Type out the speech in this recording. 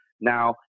Now